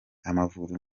amavubi